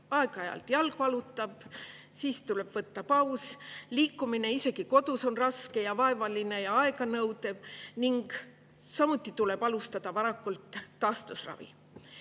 aeg-ajalt jalg valutab, siis tuleb võtta paus, liikumine isegi kodus on raske ja vaevaline ja aeganõudev ning samuti tuleb alustada varakult taastusravi.